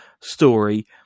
story